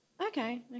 Okay